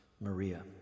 Maria